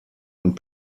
und